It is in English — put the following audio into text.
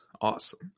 Awesome